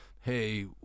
Hey